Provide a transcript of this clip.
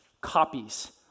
copies